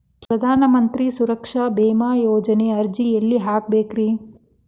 ಪ್ರಧಾನ ಮಂತ್ರಿ ಸುರಕ್ಷಾ ಭೇಮಾ ಯೋಜನೆ ಅರ್ಜಿ ಎಲ್ಲಿ ಹಾಕಬೇಕ್ರಿ?